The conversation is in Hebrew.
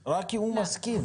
רק אם הוא מסכים.